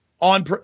on